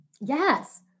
Yes